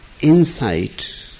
insight